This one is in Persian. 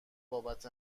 بابت